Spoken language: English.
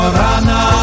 rana